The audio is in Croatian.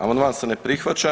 Amandman se ne prihvaća.